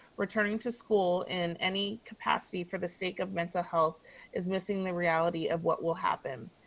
returning to school in any capacity for the sake of mental health is missing the reality of what will happen.